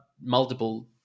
multiple